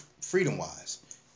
freedom-wise